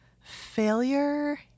failure